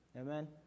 Amen